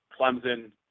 Clemson